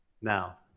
Now